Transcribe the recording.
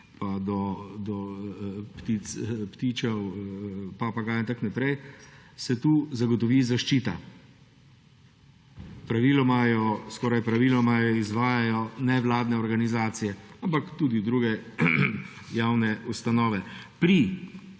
pa do ptičev, papagajev in tako naprej, se tu zagotovi zaščita. Skoraj praviloma jo izvajajo nevladne organizacije, ampak tudi druge javne ustanove. Pri